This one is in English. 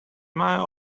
might